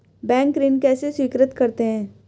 Bank ऋण कैसे स्वीकृत करते हैं?